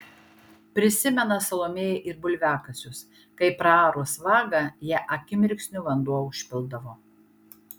prisimena salomėja ir bulviakasius kai praarus vagą ją akimirksniu vanduo užpildavo